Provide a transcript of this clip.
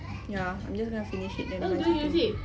ya I'm just going to finish it then I